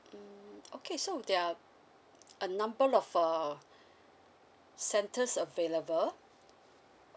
mm okay so there are a number of uh centers available